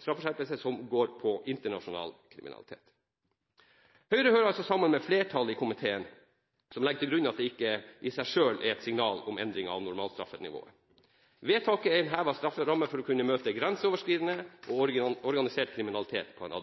straffeskjerpelse som går på internasjonal kriminalitet. Høyre – sammen med flertallet i komiteen – legger til grunn at dette i seg selv ikke er et signal om endring av normalstraffenivået. Vedtaket er en hevet strafferamme for å kunne møte grenseoverskridende og organisert kriminalitet på en